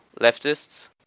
leftists